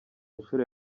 inshuro